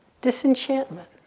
Disenchantment